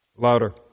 Louder